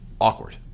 Awkward